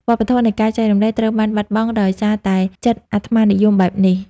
វប្បធម៌នៃការចែករំលែក ត្រូវបានបាត់បង់ដោយសារតែចិត្តអាត្មានិយមបែបនេះ។